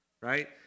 Right